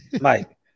Mike